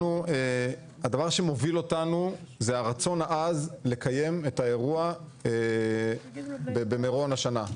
הדבר שמוביל אותנו זה הרצון העז לקיים את האירוע במירון השנה.